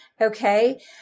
Okay